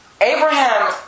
Abraham